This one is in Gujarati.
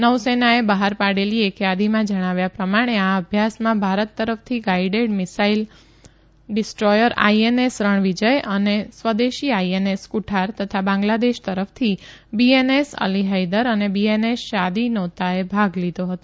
નૌસેનાએ બહાર પાડેલી એક યાદીમાં જણાવ્યા પ્રમાણે આ અભ્યાસમાં ભારત તરફથી guided missile destroyer INS Ranvijay અને સ્વદેશી આઇએનએસ કુઠાર તથા બાંગ્લાદેશ તરફથી બીએનએસ અલી હૈદર અને બીએનએસ શાદીનોતાએ ભાગ લીધો હતો